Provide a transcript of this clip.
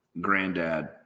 granddad